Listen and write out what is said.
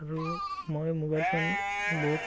আৰু মই মোবাইলখন বহুত